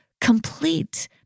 complete